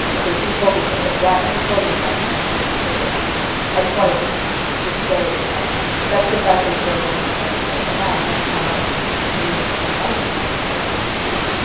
and so he told the same, exact, and he told the exact same story, so um i just wanted to just say that that's that's precisely still one of the questions that i have, which is how communities that are marginalized still perceive,